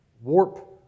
warp